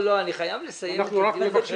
אני חייב לסיים את הדיון,